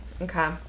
Okay